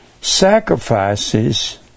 sacrifices